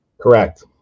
Correct